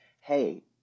hey